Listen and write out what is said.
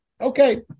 okay